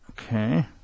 Okay